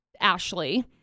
Ashley